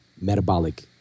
metabolic